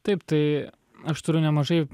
taip tai aš turiu nemažai